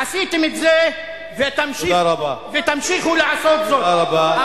עשיתם את זה ותמשיכו לעשות זאת.